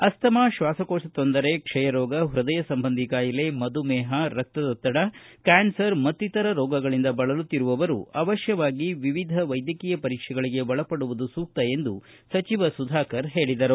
asthma ಶ್ವಾಸಕೋಶ ತೊಂದರೆ ಕ್ಷಯ ರೋಗ ಹ್ವದಯ ಸಂಬಂಧಿ ಕಾಯಿಲೆ ಮಧುಮೇಹ ರಕ್ತದೊತ್ತಡ ಕ್ವಾನ್ಸರ ಮತ್ತಿತರ ರೋಗಗಳಿಂದ ಬಳಲುತ್ತಿರುವವರು ಅವಶ್ಯವಾಗಿ ವಿವಿಧ ವೈದ್ಯಕೀಯ ಪರೀಕ್ಷೆಗಳಿಗೆ ಒಳಪಡುವುದು ಸೂಕ್ತ ಎಂದು ಸಚಿವ ಸುಧಾಕರ ಹೇಳಿದರು